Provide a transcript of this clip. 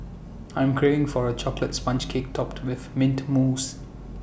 I am craving for A Chocolate Sponge Cake Topped with Mint Mousse